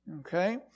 Okay